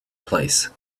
place